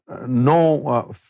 no